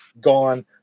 gone